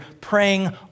praying